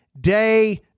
day